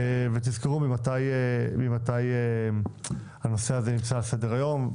תזכרו ממתי הנושא הזה נמצא על סדר היום.